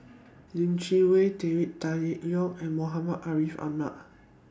Lim Chee Wai David Tan Yeok Seong and Muhammad Ariff Ahmad